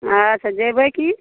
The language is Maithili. अच्छा जएबै कि